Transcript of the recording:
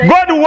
God